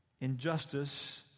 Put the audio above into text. injustice